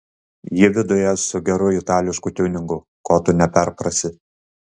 ji viduje su geru itališku tiuningu ko tu neperprasi